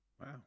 wow